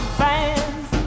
fans